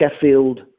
Sheffield